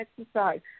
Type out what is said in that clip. exercise